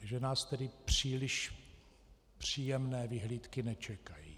Že nás tedy příliš příjemné vyhlídky nečekají.